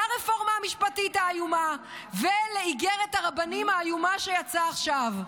לרפורמה המשפטית האיומה ולאיגרת הרבנים האיומה שיצאה עכשיו?